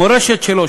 המורשת שלו,